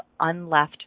unleft